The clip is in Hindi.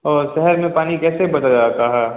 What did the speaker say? और शहर में पानी कैसे बदला जाता है